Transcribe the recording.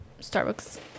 Starbucks